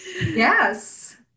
Yes